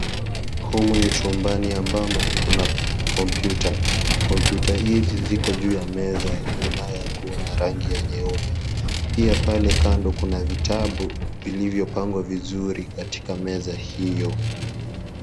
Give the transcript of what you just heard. Humu ni chumbani ambamo kuna kompyuta. Kompyuta hizi ziko juu ya meza inayokuwa na rangi ya nyeupe pia pale kando kuna vitabu vilivyopangwa vizuri katika meza hiyo.